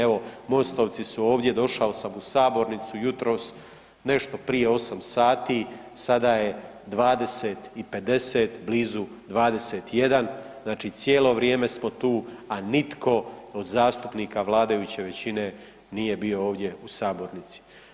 Evo MOST-ovci su ovdje, došao sam u sabornicu jutros nešto prije 8 sati, sada je 20 i 50, blizu 21, znači cijelo vrijeme smo tu, a nitko od zastupnika vladajuće većine nije bio ovdje u sabornici.